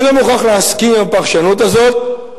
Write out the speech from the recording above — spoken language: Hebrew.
אני לא מוכרח להסכים עם הפרשנות הזאת,